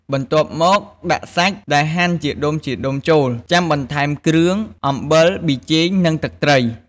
បន្ទាប់មកដាក់សាច់ដែលហាន់ជាដុំៗចូល ចាំបន្ថែមគ្រឿង អំបិល ប៑ីចេង និងទឹកត្រី។